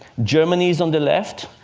germany is on the left,